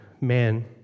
man